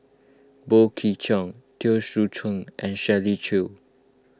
Boey Kim Cheng Teo Soon Chuan and Shirley Chew